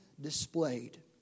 displayed